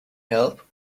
help